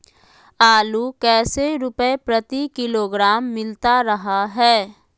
आलू कैसे रुपए प्रति किलोग्राम मिलता रहा है?